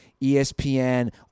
ESPN